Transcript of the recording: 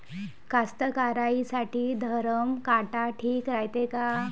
कास्तकाराइसाठी धरम काटा ठीक रायते का?